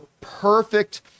perfect